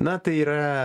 na tai yra